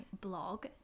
blog